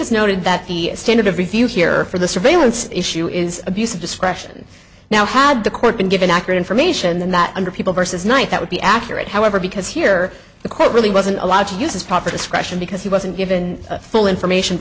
has noted that the standard of review here for the surveillance issue is abuse of discretion now had the court been given accurate information that under people versus night that would be accurate however because here the court really wasn't allowed to uses proper discretion because he wasn't given full information